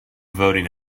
voting